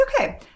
okay